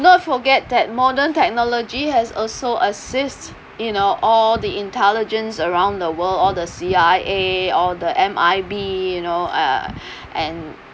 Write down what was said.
not forget that modern technology has also assist you know all the intelligence around the world or the C_I_A all the M_I_B you know and